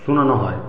শোনানো হয়